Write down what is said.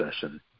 session